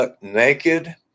naked